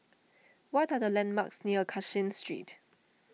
what are the landmarks near Cashin Street